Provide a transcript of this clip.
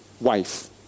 wife